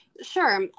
Sure